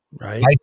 Right